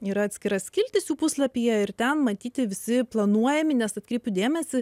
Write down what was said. yra atskira skiltis jų puslapyje ir ten matyti visi planuojami nes atkreipiu dėmesį